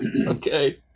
Okay